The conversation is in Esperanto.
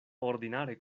ordinare